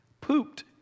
Pooped